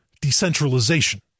decentralization